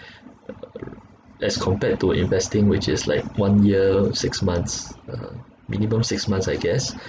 as compared to investing which is like one year six months (uh huh) minimum six months I guess